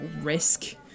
risk